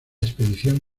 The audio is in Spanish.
expedición